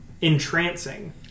entrancing